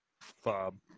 FOB